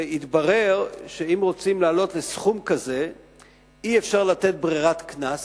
והתברר שאם רוצים לעלות לסכום כזה אי-אפשר לתת ברירת קנס,